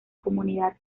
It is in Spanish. comunidad